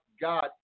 God